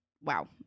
wow